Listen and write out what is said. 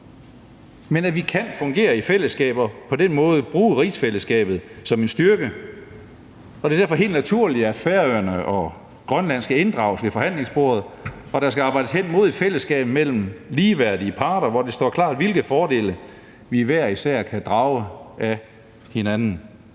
– som kan fungere i fællesskab og på den måde bruge rigsfællesskabet som en styrke, og det er derfor helt naturligt, at Færøerne og Grønland skal inddrages ved forhandlingsbordet, og at der skal arbejdes hen mod et fællesskab mellem ligeværdige parter, hvor det står klart, hvilke fordele vi hver især kan drage af hinanden.